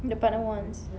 the partner wants